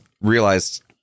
realized-